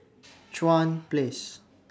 Chuan Place